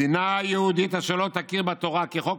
מדינה יהודית אשר לא תכיר בתורה כחוק